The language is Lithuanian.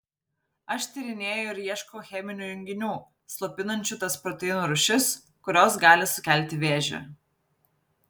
aš tyrinėju ir ieškau cheminių junginių slopinančių tas proteinų rūšis kurios gali sukelti vėžį